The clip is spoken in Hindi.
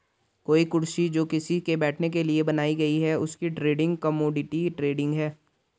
कोई कुर्सी जो किसी के बैठने के लिए बनाई गयी है उसकी ट्रेडिंग कमोडिटी ट्रेडिंग है